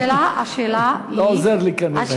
הנה, השאלה היא, לא עוזר לי, כנראה.